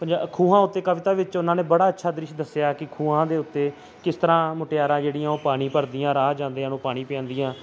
ਪੰਜਾ ਖੂਹਾਂ ਉੱਤੇ ਕਵਿਤਾ ਵਿੱਚ ਉਹਨਾਂ ਨੇ ਬੜਾ ਅੱਛਾ ਦ੍ਰਿਸ਼ ਦੱਸਿਆ ਕਿ ਖੂਹਾਂ ਦੇ ਉੱਤੇ ਕਿਸ ਤਰ੍ਹਾਂ ਮੁਟਿਆਰਾਂ ਜਿਹੜੀਆਂ ਉਹ ਪਾਣੀ ਭਰਦੀਆਂ ਰਾਹ ਜਾਂਦਿਆਂ ਨੂੰ ਪਾਣੀ ਪਿਲਾਉਂਦੀਆਂ